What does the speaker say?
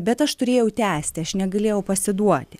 bet aš turėjau tęsti aš negalėjau pasiduoti